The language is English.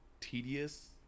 tedious